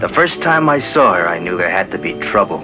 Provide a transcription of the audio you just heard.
the first time i saw her i knew there had to be trouble